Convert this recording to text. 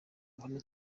abona